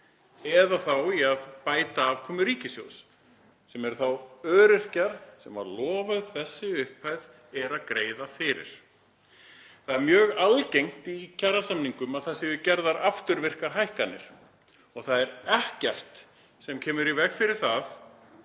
eða þá í að bæta afkomu ríkissjóðs, sem öryrkjar, sem var lofað þessari upphæð, eru að greiða fyrir. Það er mjög algengt í kjarasamningum að það séu gerðar afturvirkar hækkanir og það er ekkert sem kemur í veg fyrir það